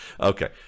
okay